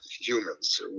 humans